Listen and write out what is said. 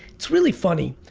it's really funny.